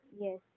Yes